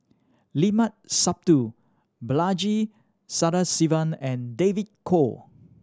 Limat Sabtu Balaji Sadasivan and David Kwo